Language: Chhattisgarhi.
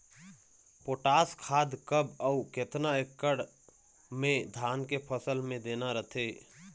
पोटास खाद कब अऊ केतना एकड़ मे धान के फसल मे देना रथे?